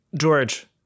George